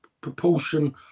proportion